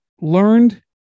learned